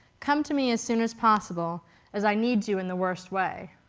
come to me as soon as possible as i need you in the worst way.